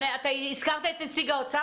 אתה הזכרת את נציג האוצר.